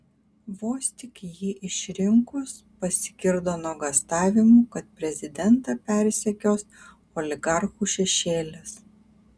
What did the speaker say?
vos tik jį išrinkus pasigirdo nuogąstavimų kad prezidentą persekios oligarchų šešėlis